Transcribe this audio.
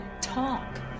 talk